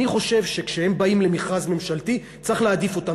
אני חושב שכשהם באים למכרז ממשלתי צריך להעדיף אותם,